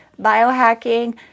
biohacking